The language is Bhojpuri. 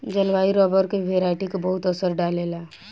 जलवायु रबर के वेराइटी के बहुते असर डाले ला